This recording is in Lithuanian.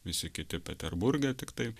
visi kiti peterburge tiktai